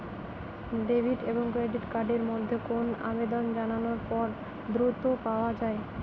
Debit এবং credit card এর মধ্যে কোনটি আবেদন জানানোর পর দ্রুততর পাওয়া য়ায়?